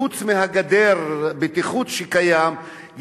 חוץ מגדר הבטיחות שקיימת,